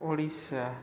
Odisha